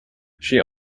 she